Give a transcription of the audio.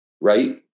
Right